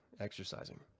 exercising